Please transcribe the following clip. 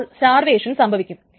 അപ്പോൾ സ്റ്റാർവേഷൻ സംഭവിക്കും